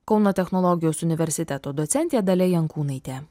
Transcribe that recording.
kauno technologijos universiteto docentė dalia jankūnaitė